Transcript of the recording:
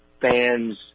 fans